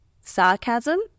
sarcasm